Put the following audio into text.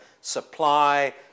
supply